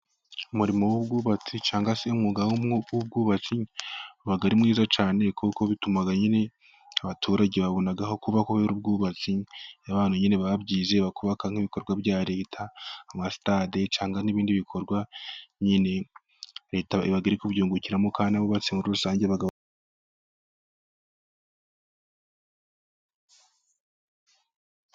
Umurimo w'ubwubatsi cyangwa se umwuga w'ubwubatsi uba ari mwiza cyane, kuko bituma nyine abaturage babona aho kuba kubera ubwubatsi nyine babyize bakubaka nk'ibikorwa bya leta, amasitade cyangwa n'ibindi bikorwa leta iba iri kubyuyungukiramo, kandi abubatse muri rusange baga.